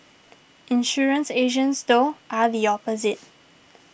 insurance agents though are the opposite